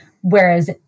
Whereas